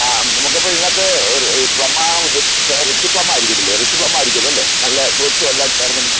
ആ നമുക്ക് അപ്പം ഇതിനകത്ത് ഈ പ്ലമ്മ് ആണോ ഉദ്ദേശിച്ചേ റിച്ച് പ്ലം ആയിരിക്കത്തില്ലേ റിച്ച് പ്ലം ആയിരിക്കുമല്ലോ അല്ലേ നല്ല ഫ്രൂട്ട്സും എല്ലാം ചേർന്ന്